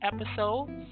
episode